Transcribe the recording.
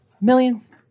millions